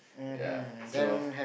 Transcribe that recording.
ya so